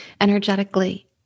energetically